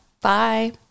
Bye